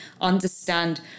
understand